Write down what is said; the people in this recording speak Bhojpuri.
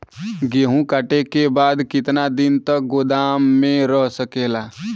गेहूँ कांटे के बाद कितना दिन तक गोदाम में रह सकेला?